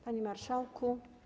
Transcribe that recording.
Panie Marszałku!